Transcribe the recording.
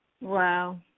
Wow